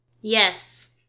Yes